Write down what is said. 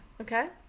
Okay